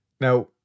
Now